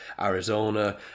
Arizona